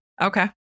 Okay